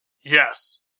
Yes